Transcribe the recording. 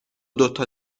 دوتا